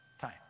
time